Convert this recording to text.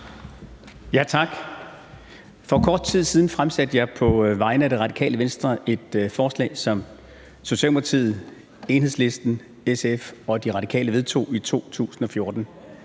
Tak. For kort tid siden fremsatte jeg på vegne af Det Radikale Venstre et forslag, som Socialdemokratiet, Enhedslisten, SF og Det Radikale Venstre vedtog i 2014.